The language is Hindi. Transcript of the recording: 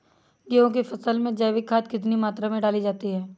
गेहूँ की फसल में जैविक खाद कितनी मात्रा में डाली जाती है?